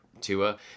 Tua